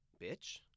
bitch